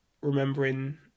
remembering